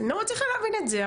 אני לא מצליחה להבין את זה.